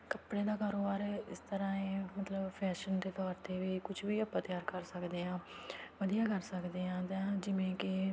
ਕੱਪੜੇ ਦਾ ਕਾਰੋਬਾਰ ਇਸ ਤਰ੍ਹਾਂ ਹੈ ਮਤਲਬ ਫੈਸ਼ਨ ਦੇ ਤੌਰ 'ਤੇ ਵੀ ਕੁਛ ਵੀ ਆਪਾਂ ਤਿਆਰ ਕਰ ਸਕਦੇ ਹਾਂ ਵਧੀਆ ਕਰ ਸਕਦੇ ਹਾਂ ਅਤੇ ਜਿਵੇਂ ਕਿ